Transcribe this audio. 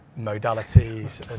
modalities